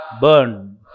Burn